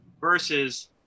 versus